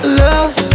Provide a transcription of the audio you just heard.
love